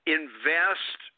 invest